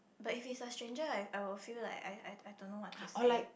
but if it's a stranger I I will feel like I I I don't know what to say